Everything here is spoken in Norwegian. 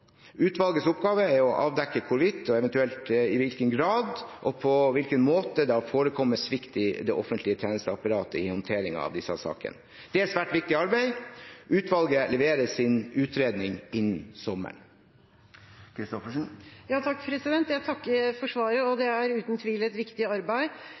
Utvalgets oppgave er å avdekke hvorvidt, eventuelt i hvilken grad og på hvilken måte, det har forekommet svikt i det offentlige tjenesteapparatet i håndteringen av disse sakene. Det er et svært viktig arbeid. Utvalget leverer sin utredning innen sommeren. Jeg takker for svaret. Det er uten tvil et viktig arbeid,